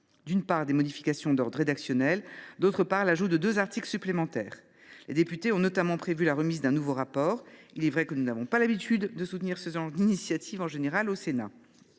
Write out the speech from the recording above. d’une part, des modifications d’ordre rédactionnel ; d’autre part, l’ajout de deux articles supplémentaires. Les députés ont notamment prévu la remise d’un nouveau rapport. Il est vrai que nous n’avons pas pour habitude, au Sénat, de soutenir ce genre d’initiative. Pourtant,